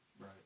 right